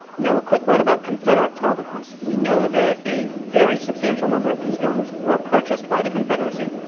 now a quick word about confederate provenance. we know that a very substantial number of these guns were purchased by the confederacy.